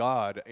God